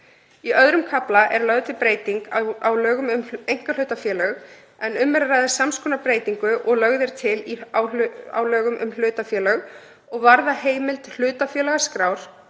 Í II. kafla er lögð til breyting á lögum um einkahlutafélög en um er að ræða sams konar breytingu og lögð er til á lögum um hlutafélög og varðar heimild hlutafélagaskrár